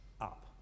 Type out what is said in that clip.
up